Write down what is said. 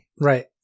Right